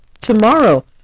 tomorrow